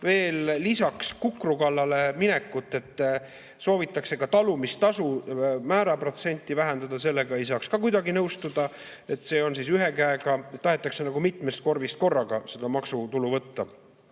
veel lisaks kukru kallale minekut, on, et soovitakse talumistasu määra protsenti vähendada. Sellega ei saa ka kuidagi nõustuda. See on, et ühe käega tahetakse nagu mitmest korvist korraga seda maksutulu võtta.